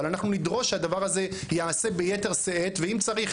אנחנו נדרש שהדבר הזה ייעשה ביתר שאת ואם צריך